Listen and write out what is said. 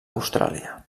austràlia